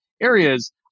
areas